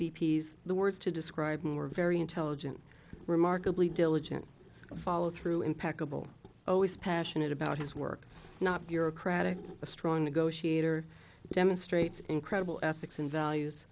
p s the words to describe were very intelligent remarkably diligent follow through impeccable always passionate about his work not bureaucratic a strong negotiator demonstrates incredible ethics and values